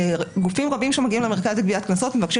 גופים רבים שמגיעים למרכז לגביית קנסות מבקשים